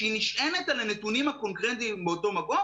שהיא נשענת על הנתונים הקונקרטיים באותו מקום